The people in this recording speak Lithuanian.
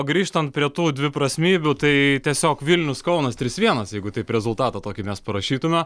grįžtant prie tų dviprasmybių tai tiesiog vilnius kaunas trys vienas jeigu taip rezultato tokį mes parašytume